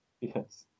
Yes